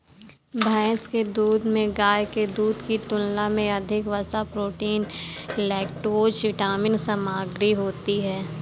भैंस के दूध में गाय के दूध की तुलना में अधिक वसा, प्रोटीन, लैक्टोज विटामिन सामग्री होती है